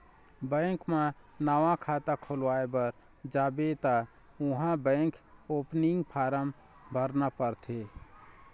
bank म नवा खाता खोलवाए बर जाबे त उहाँ बेंक ओपनिंग फारम भरना परथे